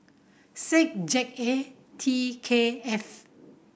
six Z A T K F